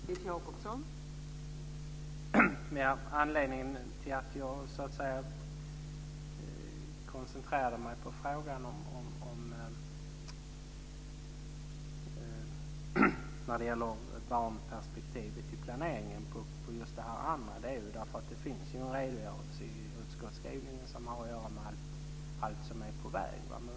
Fru talman! Anledningen till att jag koncentrerade mig på det här andra när det gäller frågan om barnperspektivet i planeringen är att det finns en redogörelse i utskottsskrivningen som har att göra med allt som är på väg.